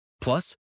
Plus